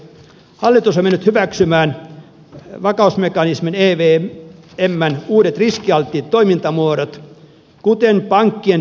hallitus ei mennyt hyväksymään vakausmekanismin eteen teemme uudet riskialttiit toimintamuodot kuten pankkien